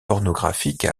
pornographique